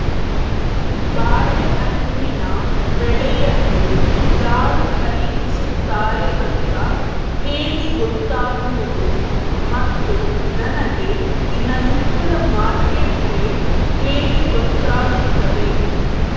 ಬಾಳೆಹಣ್ಣಿನ ಬೆಳೆಯನ್ನು ಯಾರು ಖರೀದಿಸುತ್ತಾರೆ ಅಂತ ಹೇಗೆ ಗೊತ್ತಾಗುವುದು ಮತ್ತು ನನಗೆ ದಿನನಿತ್ಯದ ಮಾರ್ಕೆಟ್ ರೇಟ್ ಹೇಗೆ ಗೊತ್ತಾಗುತ್ತದೆ?